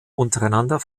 untereinander